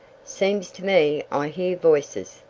seems to me i hear voices,